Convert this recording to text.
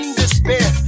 despair